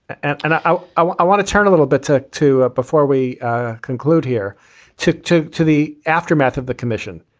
and i i want i want to turn a little bit to two before we conclude here took to to the aftermath of the commission.